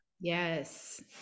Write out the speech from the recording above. Yes